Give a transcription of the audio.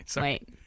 wait